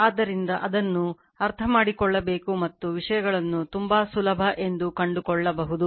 ಆದ್ದರಿಂದ ಅದನ್ನು ಅರ್ಥಮಾಡಿಕೊಳ್ಳಬೇಕು ಮತ್ತು ವಿಷಯಗಳನ್ನು ತುಂಬಾ ಸುಲಭ ಎಂದು ಕಂಡುಕೊಳ್ಳಬಹುದು